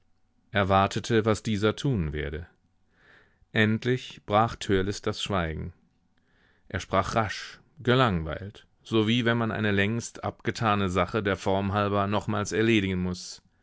wartete was dieser tun werde endlich brach törleß das schweigen er sprach rasch gelangweilt so wie wenn man eine längst abgetane sache der form halber nochmals erledigen muß